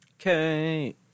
Okay